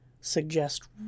suggest